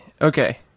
Okay